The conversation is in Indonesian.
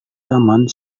taman